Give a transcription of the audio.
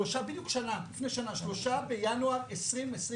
בדיוק לפני שנה, 3 בינואר 2021: